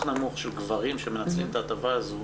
עלוב של גברים שמנצלים את ההטבה הזאת